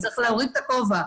צריך להוריד את הכובע.